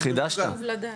זה חשוב לדעת,